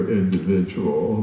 individual